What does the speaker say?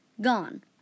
Gone